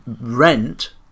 rent